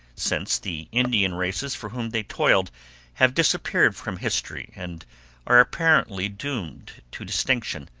since the indian races for whom they toiled have disappeared from history and are apparently doomed to extinction.